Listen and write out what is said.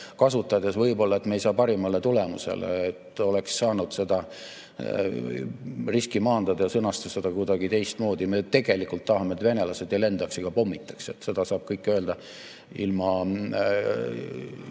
kasutades võib-olla me ei saa parimale tulemusele. Oleks saanud seda riski maandada ja sõnastada see kuidagi teistmoodi. Me ju tegelikult tahame, et venelased ei lendaks ega pommitaks. Seda kõike saab öelda ilma